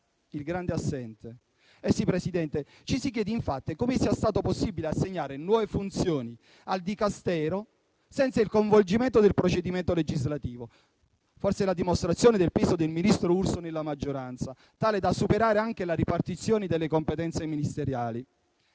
il grande assente. Sì, Presidente, ci si chiede infatti come sia stato possibile assegnare nuove funzioni al dicastero, senza il coinvolgimento del procedimento legislativo. Forse è la dimostrazione del peso del ministro Urso nella maggioranza, tale da superare anche la ripartizione delle competenze ministeriali.